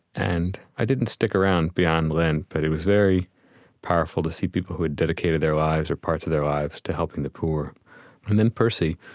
and i didn't stick around beyond lent, but it was very powerful to see people who had dedicated their lives or parts of their lives to helping the poor and then percy,